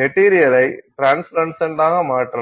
மெட்டீரியலை ட்ரான்ஸ்லுசன்டாக மாற்றலாம்